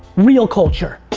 real culture.